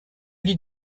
lie